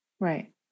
Right